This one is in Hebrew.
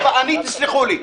תסלחו לי,